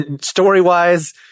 story-wise